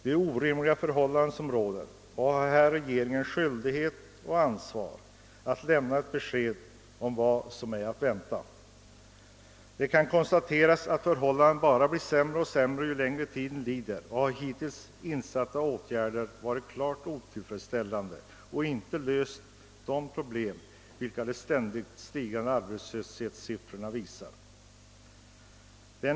Det är orimliga förhållanden, och regeringen har skyldighet och ansvar att lämna ett besked om vad som är att vänta. Det kan konstateras att förhållandena bara blir sämre och sämre ju längre tiden lider. Hittills insatta åtgärder har varit klart otillfredsställande och inte löst problemen, vilket de ständigt stigande arbetslöshetssiffrorna visar.